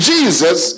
Jesus